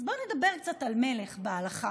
אז בואו נדבר קצת על מלך בהלכה.